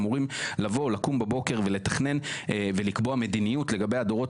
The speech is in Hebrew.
אמורים לקום בבוקר ולתכנן ולקבוע מדיניות לגבי הדורות